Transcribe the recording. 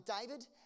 David